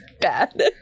bad